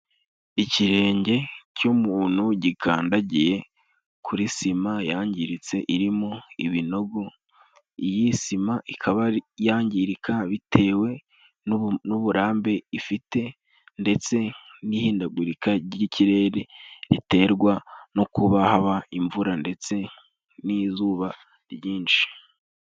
Icyirenge cy'umuntu gikandagiye kuri sima yangiritse, irimo ibinogu, iyi sima ikaba yangirika bitewe n'uburambe ifite, ndetse n'ihindagurika ry'ikirere riterwa no kuba haba imvura, ndetse n'izuba ryinshi.